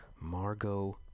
Margot